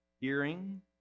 Hearing